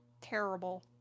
terrible